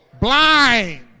blind